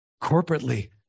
corporately